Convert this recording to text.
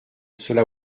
cela